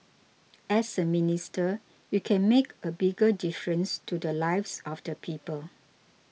as a minister you can make a bigger difference to the lives of the people